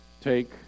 take